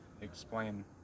explain